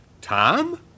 Tom